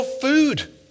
food